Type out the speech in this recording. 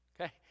Okay